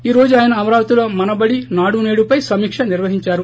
ఈ రోజు ఆయన అమరావతిలో మన బడి నాడు సేడు పై సమీక నిర్వహించారు